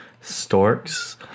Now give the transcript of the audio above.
Storks